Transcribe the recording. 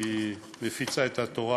היא הפיצה את התורה